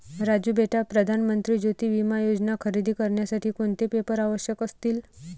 राजू बेटा प्रधान मंत्री ज्योती विमा योजना खरेदी करण्यासाठी कोणते पेपर आवश्यक असतील?